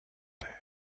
terre